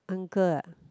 uncle ah